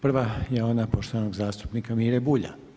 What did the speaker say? Prva je ona poštovanog zastupnika Mire Bulja.